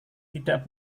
tidak